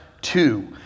two